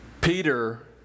Peter